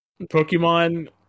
Pokemon